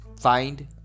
find